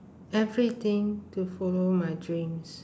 everything to follow my dreams